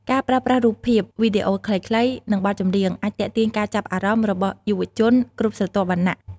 ការប្រើប្រាស់រូបភាព វីដេអូខ្លីៗ និងបទចម្រៀង អាចទាក់ទាញការចាប់អារម្មណ៍របស់យុវជនគ្រប់ស្រទាប់វណ្ណៈ។